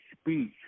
speech